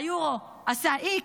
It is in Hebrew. והיורו עשה איקס.